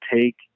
take